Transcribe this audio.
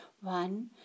One